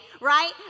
right